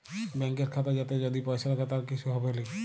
ব্যাংকের খাতা যাতে যদি পয়সা রাখে তার কিসু হবেলি